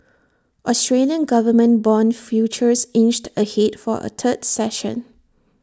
Australian government Bond futures inched ahead for A third session